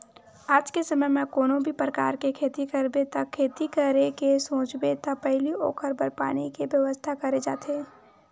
आज के समे म कोनो भी परकार के खेती करबे ते खेती करे के सोचबे त पहिली ओखर बर पानी के बेवस्था करे जाथे